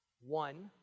one